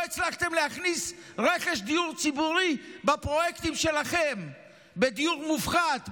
לא הצלחתם להכניס רכש דיור ציבורי לפרויקטים שלכם במחיר מופחת,